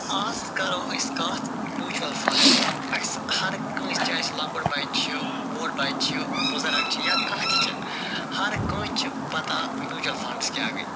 آز کَرو أسۍ کَتھ میوٗچول فنٛڈن ہِنٛز اَسہِ ہر کٲنٛسہِ چاہے سُہ لۄکُٹ بچہٕ چھِ بوٚڈ بچہٕ چھُ بُزرٕگ چھِ یا کانٛہہ تہِ چھِ ہر کٲنٛسہِ چھِ پتہ میوٗچول فنٛڈٕس کیٛاہ گٔے